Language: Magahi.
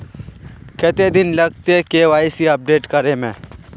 कते दिन लगते के.वाई.सी अपडेट करे में?